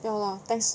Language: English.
ya lor thanks